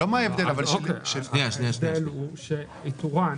ההבדל הוא שאיתורן